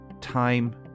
time